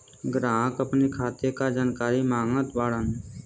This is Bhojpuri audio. ग्राहक अपने खाते का जानकारी मागत बाणन?